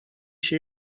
się